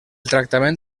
tractament